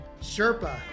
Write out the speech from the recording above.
Sherpa